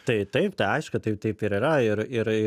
tai taip tai aišku tai taip ir yra ir ir